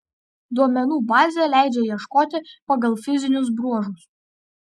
duomenų bazė leidžia ieškoti pagal fizinius bruožus